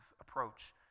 approach